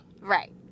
right